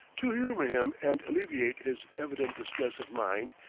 to humor him and alleviate his evident distress of mind,